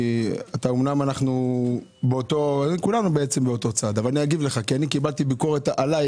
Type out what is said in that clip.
כולם באותו צד אבל אגיב לך כי קיבלתי ביקורת עליי